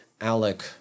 Alec